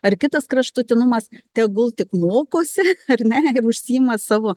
ar kitas kraštutinumas tegul tik mokosi ar ne ir užsiima savo